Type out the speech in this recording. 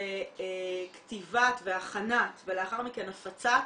וכתיבת והכנת ולאחר מכן הפצת